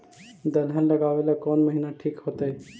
दलहन लगाबेला कौन महिना ठिक होतइ?